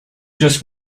just